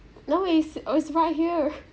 no it's it's right here